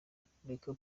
repubulika